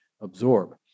absorb